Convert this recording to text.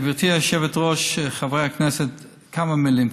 גברתי היושבת-ראש, חברי הכנסת, כמה מילים.